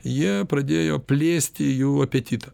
jie pradėjo plėsti jų apetitą